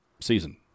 season